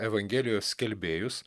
evangelijos skelbėjus